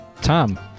Tom